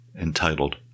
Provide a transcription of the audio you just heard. entitled